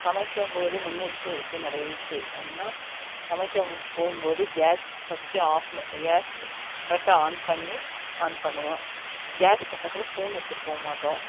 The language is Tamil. சமைக்கும்போது முன்னெச்சரிக்கை நடவடிக்கை என்ன சமைக்கப் போகும் போது கேஸ் ஃபஸ்ட்டு ஆஃபில் கேஸ் கரெக்ட்டாக ஆன் பண்ணி ஆன் பண்ணுவோம் கேஸ் பக்கத்தில் ஃபோன் எடுத்துகிட்டு போக மாட்டோம்